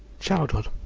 childhood,